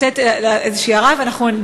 איזושהי הערה, ואנחנו,